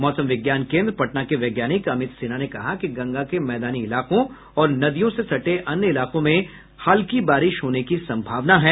मौसम विज्ञान केन्द्र पटना के वैज्ञानिक अमित सिन्हा ने कहा कि गंगा के मैदानी इलाकों और नदियों से सटे अन्य इलाकों में हल्की बारिश होने की संभावना है